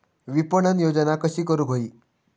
विपणन योजना कशी करुक होई?